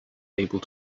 able